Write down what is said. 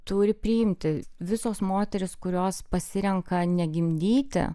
turi priimti visos moterys kurios pasirenka negimdyti